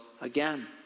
Again